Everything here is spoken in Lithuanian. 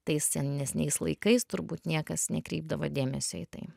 tai senesniais laikais turbūt niekas nekreipdavo dėmesio į tai